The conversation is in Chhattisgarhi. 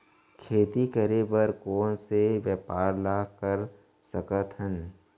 खेती करे बर कोन से व्यापार ला कर सकथन?